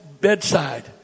bedside